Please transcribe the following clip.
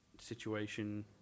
situation